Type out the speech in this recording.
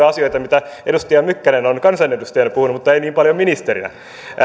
asioita mitä edustaja mykkänen on kansanedustajana puhunut mutta ei niin paljon ministerinä